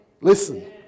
Listen